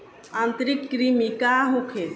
आंतरिक कृमि का होखे?